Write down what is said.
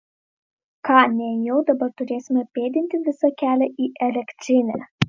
ką nejau dabar turėsime pėdinti visą kelią į elektrinę